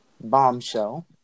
Bombshell